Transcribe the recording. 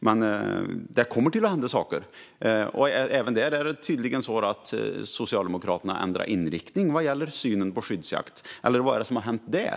Men det kommer att hända saker, och det är tydligen så att Socialdemokraterna har ändrat inriktning även vad gäller synen på skyddsjakt. Eller vad är det som har hänt där?